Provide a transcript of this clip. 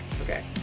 Okay